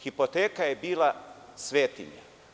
Hipoteka je bila svetinja.